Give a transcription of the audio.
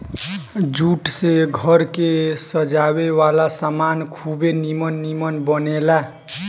jute से घर के सजावे वाला सामान खुबे निमन निमन बनेला